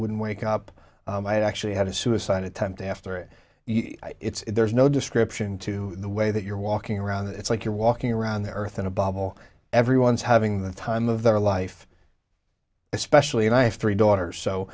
wouldn't wake up i had actually had a suicide attempt after it it's there's no description to the way that you're walking around it's like you're walking around the earth in a bubble everyone's having the time of their life especially and i have three daughters so